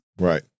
right